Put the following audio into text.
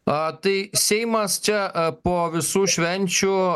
a tai seimas čia a po visų švenčių